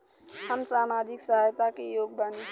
हम सामाजिक सहायता के योग्य बानी?